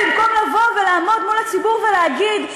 במקום לבוא ולעמוד מול הציבור ולהגיד,